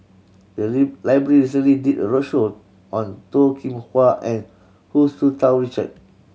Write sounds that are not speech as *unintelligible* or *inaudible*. the *unintelligible* library recently did a roadshow on Toh Kim Hwa and Hu Tsu Tau Richard